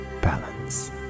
Balance